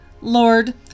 lord